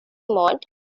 mode